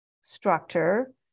structure